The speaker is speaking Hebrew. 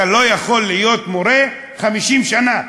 אתה לא יכול להיות מורה 50 שנה,